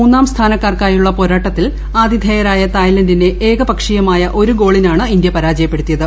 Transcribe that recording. മൂന്നാം സ്ഥാനക്കാർക്കായുള്ള പോരാട്ടത്തിൽ ആതിഥേയരായ തായ്ലൻഡിനെ ഏകപക്ഷീയമായ ഒരു ഗോളിനാണ് ഇന്ത്യ പരാജയപ്പെടുത്തിയത്